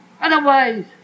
Otherwise